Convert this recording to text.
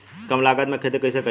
कम लागत में खेती कइसे कइल जाला?